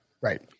Right